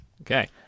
okay